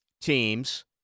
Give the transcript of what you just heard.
teams